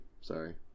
sorry